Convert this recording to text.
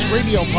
Radio